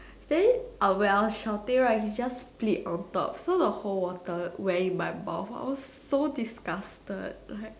then while we are shouting then he just spits on top so the whole water went in my mouth I was so disgusted like